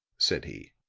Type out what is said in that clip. said he.